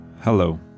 Hello